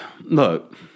look